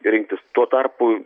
rinktis tuo tarpu